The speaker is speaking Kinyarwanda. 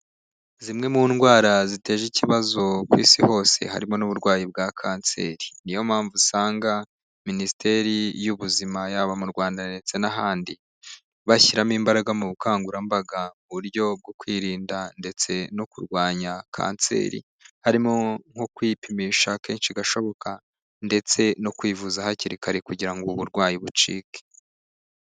Zimwe mu ndwara ziteje ikibazo kw'isi hose harimo n'uburwayi bwa kanseri niyo mpamvu usanga minisiteri y'ubuzima yaba mu rwanda ndetse n'ahandi bashyiramo imbaraga mu bukangurambaga mu buryo bwo kwirinda ndetse no kurwanya kanseri harimo nko kwipimisha kenshi gashoboka ndetse no kwivuza hakiri kare kugira ngo uburwayi bucike.